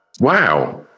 wow